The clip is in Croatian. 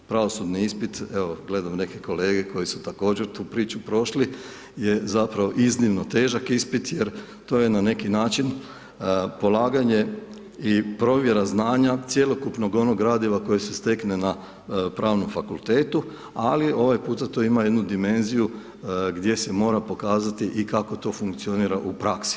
Pravosudni ispit, evo, gledam neke kolege, koji su također tu priču prošli, je zapravo iznimno težak ispit, jer to je na neki način, polaganje i provjera znanja cjelokupnog onog gradiva koji se stekne na pravnom fakultetu, ali ovaj puta to ima jednu dimenziju, gdje se mora pokazati i kako to funkcionira u praski.